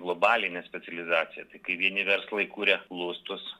globalinė specializacija tik kai vieni verslai kuria lustus